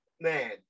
man